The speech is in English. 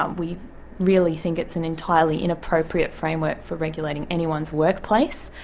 um we really think it's an entirely inappropriate framework for regulating anyone's workplace.